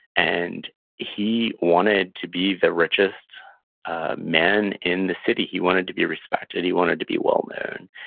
and he wanted to be the richest man in the city. he wanted to be respected. he wanted to be well known,